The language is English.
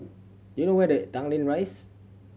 do you know where the Tanglin Rise